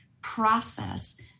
process